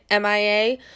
mia